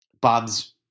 Bob's